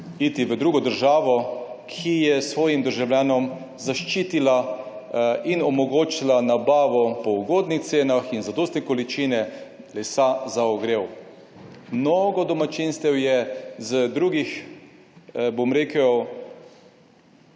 iti v drugo državo, ki je svojim državljanom zaščitila in omogočila nabavo po ugodnih cenah in zadosti količine lesa za ogrel. Mnogo domačinstev je z drugih, bom rekel,